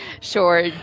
sure